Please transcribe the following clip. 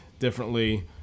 Differently